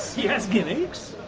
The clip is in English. he has gimmicks?